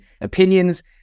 opinions